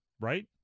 right